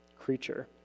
creature